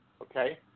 Okay